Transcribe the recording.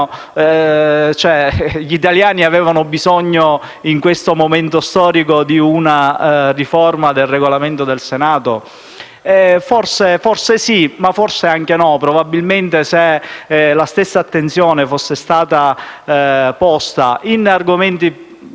gli italiani avevano bisogno in questo momento storico di una riforma del Regolamento del Senato? Forse sì, ma forse anche no. Probabilmente, se la stessa attenzione fosse stata posta su argomenti